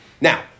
Now